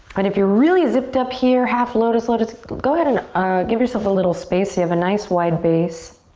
and if you're really zipped up here, half lotus, lotus, go ahead and ah give yourself a little space, you have a nice wide base.